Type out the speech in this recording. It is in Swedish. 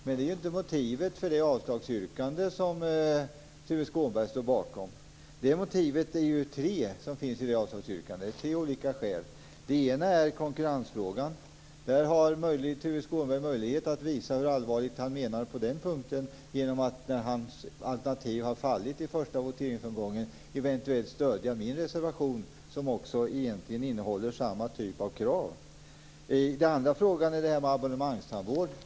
Men det är inte motivet till det avslagsyrkande som Tuve Skånberg står bakom. Det är tre olika skäl till avslagsyrkandet. Det första är konkurrensfrågan. Där har Tuve Skånberg möjlighet att visa hur allvarligt han ser på den punkten genom att när hans alternativ har fallit i första voteringsomgången eventuellt stödja min reservation, som egentligen innehåller samma typ av krav. Det andra skälet är frågan om abonnemangstandvård.